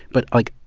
but, like,